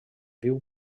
viu